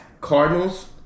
Cardinals